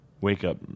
wake-up